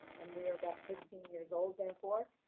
and we're about fifteen years old, therefore.